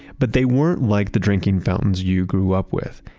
but they weren't like the drinking fountains you grew up with.